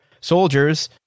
soldiers